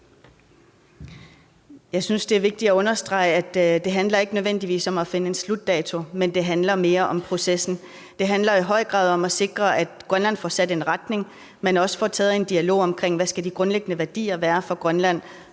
Jeg synes, det er vigtigt at understrege, at det ikke nødvendigvis handler om at finde en slutdato, men mere handler om processen. Det handler i høj grad om at sikre, at Grønland får sat en retning, men det handler også om at få taget en dialog om, hvad de grundlæggende værdier skal være for Grønland,